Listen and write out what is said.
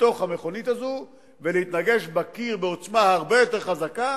לתוך המכונית הזאת ולהתנגש בקיר בעוצמה הרבה יותר חזקה